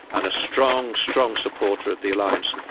and a strong, strong supporter of the alliance.